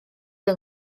yng